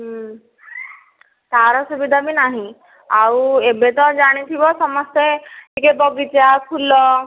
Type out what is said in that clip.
ତାର ସୁବିଧା ବି ନାହିଁ ଆଉ ଏବେ ତ ଜାଣିଥିବ ସମସ୍ତେ ଟିକେ ବଗିଚା ଫୁଲ